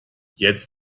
jetzt